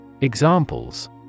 Examples